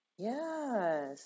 Yes